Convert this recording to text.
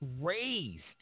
raised